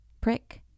Prick